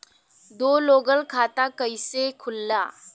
दो लोगक खाता कइसे खुल्ला?